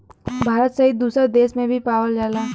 भारत सहित दुसर देस में भी पावल जाला